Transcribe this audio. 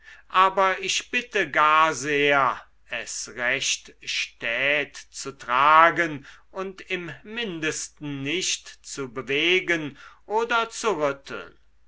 aber ich bitte gar sehr es recht stät zu tragen und im mindesten nicht zu bewegen oder zu rütteln